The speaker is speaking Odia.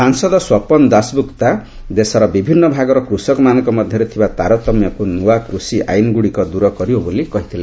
ସାଂସଦ ସ୍ୱପନ ଦାସଗୁପ୍ତା ଦେଶର ବିଭିନ୍ନ ଭାଗର କୃଷକମାନଙ୍କ ମଧ୍ୟରେ ଥିବା ତାରତମ୍ୟକୁ ନୂଆ କୃଷି ଆଇନ୍ଗୁଡ଼ିକ ଦୂର କରିବ ବୋଲି କହିଥିଲେ